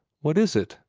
what is it?